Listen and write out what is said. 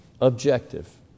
objective